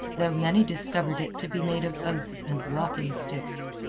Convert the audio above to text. though many discovered it to be made of oaths and walking sticks.